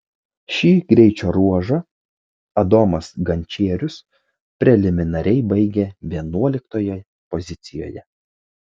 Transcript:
šį greičio ruožą adomas gančierius preliminariai baigė vienuoliktoje pozicijoje